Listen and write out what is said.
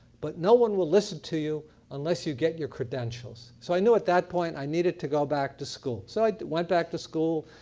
but no one will listen to you unless you get your credentials. so i knew at that point i needed to go back to school. so i went back to school,